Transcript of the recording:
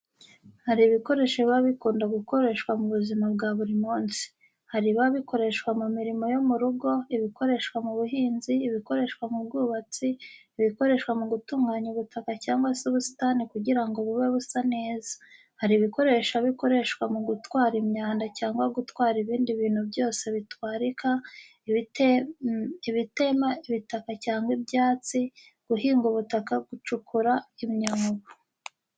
Hari ibikoresho biba bikunda gukoreshwa mu buzima bwa buri munsi. Hari ibiba bikoreshwa mu mirimo yo mu rugo, ibikoreshwa mu buhinzi, ibikoreshwa mu bwubatsi, ibikoreshwa mu gutunganya ubutaka cyangwa se ubusitani kugira ngo bube busa neza. Hari ibikoresho bikoreshwa mu gutwara imyanda cyangwa gutwara ibindi bintu byose bitwarika, ibitema ibiti cyangwa ibyatsi, guhinga ubutaka, gucukura imyobo.